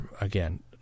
Again